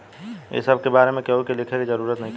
ए सब के बारे में केहू के लिखे के जरूरत नइखे